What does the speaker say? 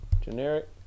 generic